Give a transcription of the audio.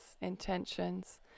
intentions